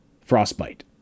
Frostbite